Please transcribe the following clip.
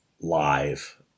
live